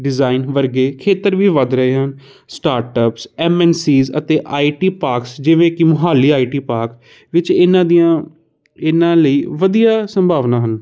design ਵਰਗੇ ਖੇਤਰ ਵੀ ਵੱਧ ਰਹੇ ਹਨ ਸਟਾਰਟਅਪਸ ਐਮ ਐਨ ਸੀਜ ਅਤੇ ਆਈ ਟੀ ਪਾਰਕਸ ਜਿਵੇਂ ਕਿ ਮੁਹਾਲੀ ਆਈ ਡੀ ਪਾਕ ਵਿੱਚ ਇਹਨਾਂ ਦੀਆਂ ਇਹਨਾਂ ਲਈ ਵਧੀਆ ਸੰਭਾਵਨਾ ਹਨ